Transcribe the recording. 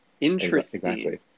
interesting